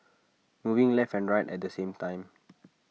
moving left and right at the same time